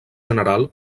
general